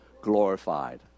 glorified